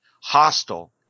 Hostile